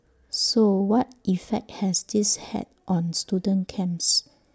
so what effect has this had on student camps